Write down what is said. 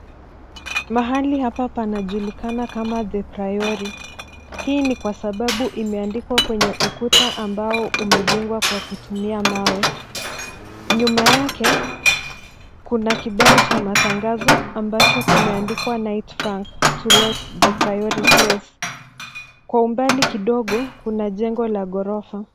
Mahali hapa panajulikana kama the priory. Hii ni kwa sababu imeandikwa kwenye ukuta ambao imejengwa kwa kutumia mawe. Nyuma yake kuna kibao cha matangazo, ambacho kimeandikwa, knight frank to let the priory place. Kwa umbali kidogo kuna jengo la ghorofa.